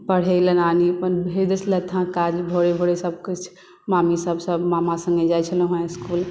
पढ़ै लेल नानी अपन भेज देइ छलथि हेँ काज भोरे भोरे सभ किछ मामी सभ मामा सङ्गे जाइ छलहुँ हेँ इस्कुल